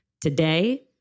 today